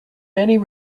many